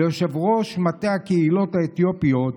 ליושב-ראש מטה הקהילות האתיופיות,